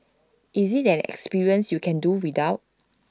is IT an experience you can do without